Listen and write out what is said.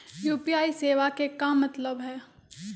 UPI सेवा के का मतलब है?